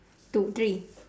two three